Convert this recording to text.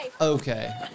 okay